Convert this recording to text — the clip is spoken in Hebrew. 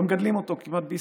כמעט לא מגדלים אותו בישראל,